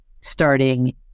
starting